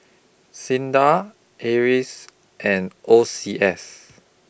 SINDA Acres and O C S